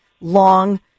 long